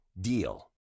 DEAL